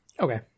Okay